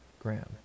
Graham